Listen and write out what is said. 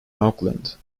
auckland